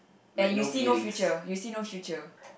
and you see not future you see no future